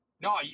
No